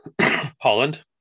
Holland